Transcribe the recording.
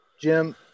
Jim